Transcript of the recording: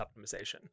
optimization